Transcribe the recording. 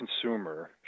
consumer